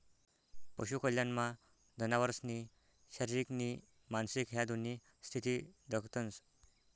पशु कल्याणमा जनावरसनी शारीरिक नी मानसिक ह्या दोन्ही स्थिती दखतंस